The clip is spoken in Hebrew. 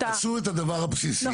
-- עשו את הדבר הבסיסי,